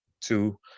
two